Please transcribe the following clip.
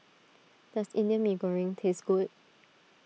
does Indian Mee Goreng taste good